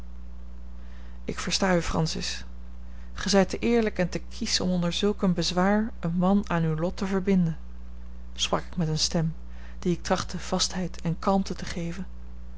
ik versta u francis gij zijt te eerlijk en te kiesch om onder zulk een bezwaar een man aan uw lot te verbinden sprak ik met eene stem die ik trachtte vastheid en kalmte te geven